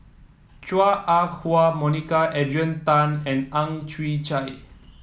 Chua Ah Huwa Monica Adrian Tan and Ang Chwee Chai